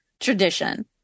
tradition